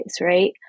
right